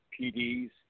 PDs